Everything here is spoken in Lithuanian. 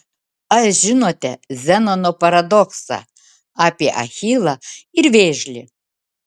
ar žinote zenono paradoksą apie achilą ir vėžlį